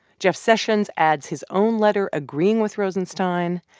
jeff sessions adds his own letter agreeing with rosenstein,